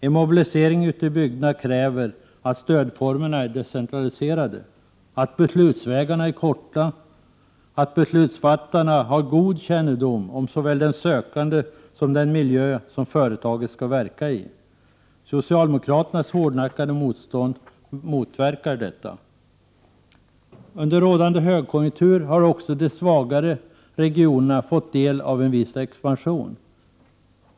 En mobilisering ute i bygderna kräver att stödformerna är decentraliserade, att beslutsvägarna är korta och att beslutsfattarna har god kännedom om såväl den sökande som den miljö som företaget skall verka i. Socialdemokraternas hårdnackade motstånd motverkar detta. Under rådande högkonjunktur har också de svagare regionerna fått del av en viss expansion.